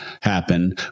happen